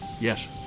yes